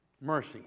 Mercy